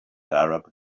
arab